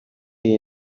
iyi